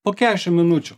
po keašim minučių